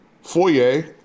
foyer